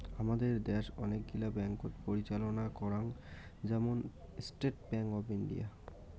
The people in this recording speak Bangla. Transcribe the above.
হামাদের দ্যাশ অনেক গিলা ব্যাঙ্ককোত পরিচালনা করাং, যেমন স্টেট ব্যাঙ্ক অফ ইন্ডিয়া